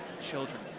children